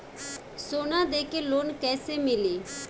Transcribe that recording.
सोना दे के लोन कैसे मिली?